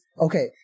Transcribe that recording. Okay